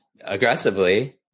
aggressively